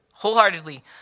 wholeheartedly